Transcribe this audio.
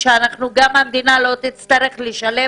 כך שגם המדינה לא תצטרך לשלם